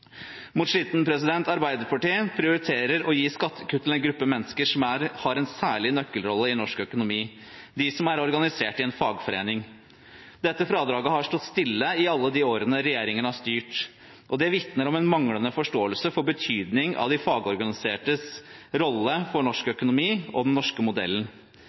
Mot slutten: Arbeiderpartiet prioriterer å gi skattekutt til en gruppe mennesker som har en særlig nøkkelrolle i norsk økonomi – de som er organisert i en fagforening. Dette fradraget har stått stille i alle de årene regjeringen har styrt. Det vitner om en manglende forståelse for betydningen av de fagorganisertes rolle for norsk økonomi og den norske modellen.